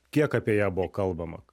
kiek apie ją buvo kalbama